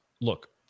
look